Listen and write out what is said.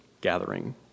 gathering